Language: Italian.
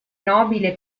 nobile